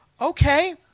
okay